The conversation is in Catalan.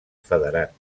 federat